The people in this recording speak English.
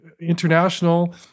international